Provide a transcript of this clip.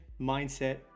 mindset